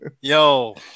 Yo